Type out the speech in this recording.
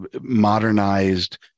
modernized